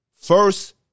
First